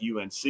UNC